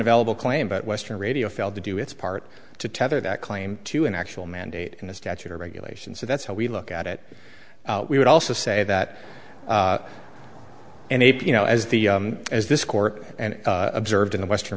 available claim but western radio failed to do its part to tether that claim to an actual mandate in a statute or regulation so that's how we look at it we would also say that and you know as the as this court and observed in the western